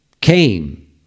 came